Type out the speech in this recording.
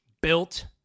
Built